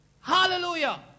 Hallelujah